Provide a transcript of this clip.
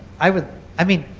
i would i mean,